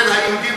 בין היהודים,